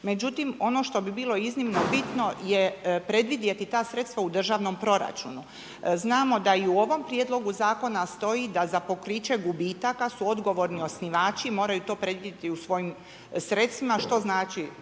Međutim, ono što bi bilo iznimno bitno je predvidjeti ta sredstva u državnom proračunu. Znamo da i u ovom Prijedlogu zakona stoji da za pokriće gubitaka su odgovorni osnivači i moraju to predvidjeti u svojim sredstvima što znači